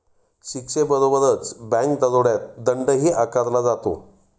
शिक्षेबरोबरच बँक दरोड्यात दंडही आकारला जातो